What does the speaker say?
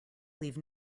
leave